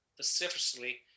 specifically